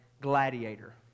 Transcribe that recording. Gladiator